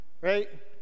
Right